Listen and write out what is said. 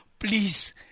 Please